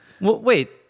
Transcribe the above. Wait